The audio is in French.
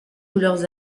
couleurs